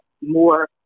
more